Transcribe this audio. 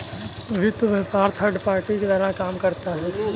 वित्त व्यापार third party की तरह काम करता है